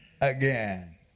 again